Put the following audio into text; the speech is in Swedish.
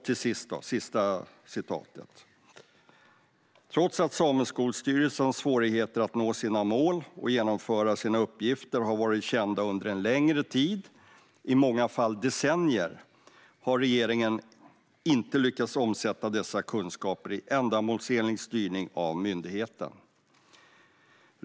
Till sist: Trots att Sameskolstyrelsens svårigheter att nå sina mål och genomföra sina uppgifter har varit kända under en längre tid, i många fall decennier, har regeringen inte lyckats omsätta dessa kunskaper i en ändamålsenlig styrning av myndigheten.